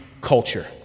culture